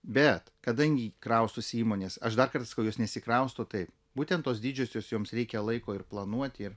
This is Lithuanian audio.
bet kadangi kraustosi įmonės aš dar kartą sakau jos nesikrausto taip būtent tos didžiosios joms reikia laiko ir planuoti